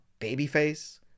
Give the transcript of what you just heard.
babyface